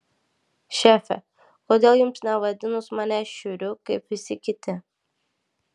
šefe kodėl jums nevadinus manęs šiuriu kaip visi kiti